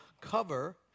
cover